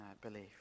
belief